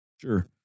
Sure